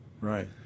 Right